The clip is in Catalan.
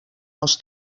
els